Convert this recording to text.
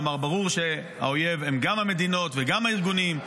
כלומר ברור שהאויב הוא גם המדינות וגם הארגונים,